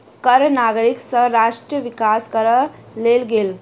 कर नागरिक सँ राष्ट्र विकास करअ लेल गेल